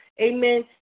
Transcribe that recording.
Amen